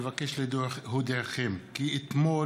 אבקש להודיעכם כי אתמול,